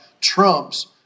trumps